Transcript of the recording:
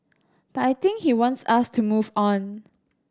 but I think he wants us to move on